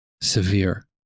severe